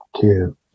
two